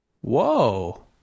Whoa